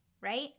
Right